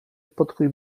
podkuj